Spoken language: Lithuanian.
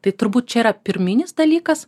tai turbūt čia yra pirminis dalykas